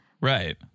right